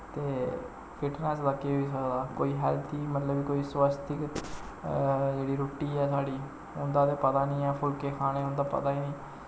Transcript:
ते फिटनेस बाकी होई सकदा कोई हैल्थ ई मतलब कि कोई स्वास्थ गी जेह्ड़ी रुट्टी ऐ साढ़ी उं'दा ते पता नी ऐ फुल्के खाने उं'दा पता नी ऐ